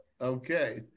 Okay